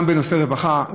גם בנושא רווחה,